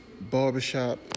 barbershop